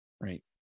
Right